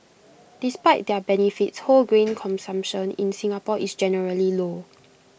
despite their benefits whole grain consumption in Singapore is generally low